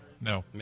No